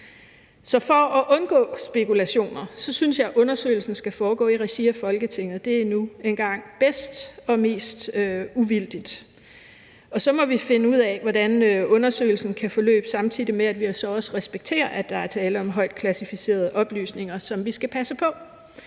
Så for at undgå spekulationer synes jeg, at undersøgelsen skal foregå i regi af Folketinget, for det er nu engang bedst og mest uvildigt. Og så må vi finde ud af, hvordan undersøgelsen kan forløbe, samtidig med at vi også respekterer, at der er tale om højt klassificerede oplysninger, som vi skal passe på.